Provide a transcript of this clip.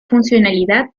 funcionalidad